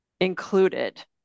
included